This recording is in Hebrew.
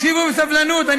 תקשיבו בסבלנות.